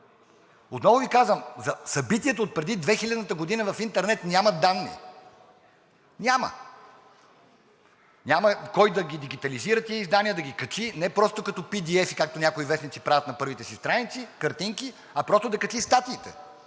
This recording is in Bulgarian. Отново Ви казвам, събитието отпреди 2000 г., в интернет няма данни – няма, няма кой да ги дигитализира тези издания, да ги качи, не просто като PDF, както някои вестници правят на първите си страници, картинки, а просто да качи статиите.